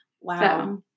Wow